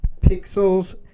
Pixels